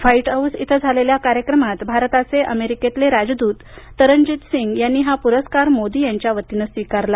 white House इथं झालेल्या कार्यक्रमात भारताचे अमेरिकेतले राजदूत तरनजित सिंग यांनी हा पुरस्कार मोदी यांच्या वतीनं स्वीकारला